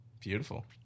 Beautiful